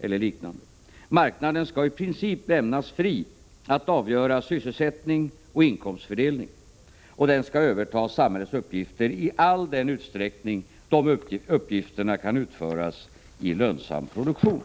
eller liknande. Marknaden skall i princip lämnas fri att avgöra sysselsättning och inkomstfördelning. Den skall överta samhällets uppgifter i all den utsträckning som dessa uppgifter kan utföras i lönsam produktion.